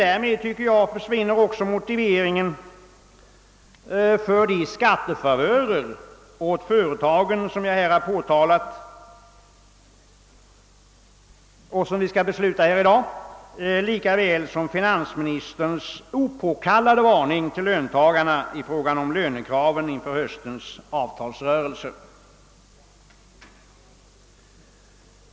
Härigenom försvinner även motiveringen för de av mig påtalade skattefavörer åt företagen, som vi skall besluta i dag, lika väl som för finansministerns opåkallade varning till löntagarna i fråga om lönekraven inför höstens avtalsrörelse.